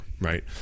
right